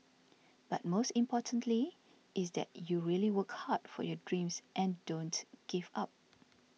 but most importantly is that you really work hard for your dreams and don't give up